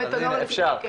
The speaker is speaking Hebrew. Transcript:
אפשר.